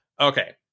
Okay